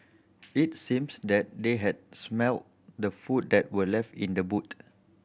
it seems that they had smelt the food that were left in the boot